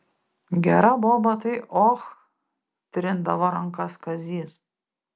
gera boba tai och trindavo rankas kazys